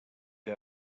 que